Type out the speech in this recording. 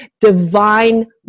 divine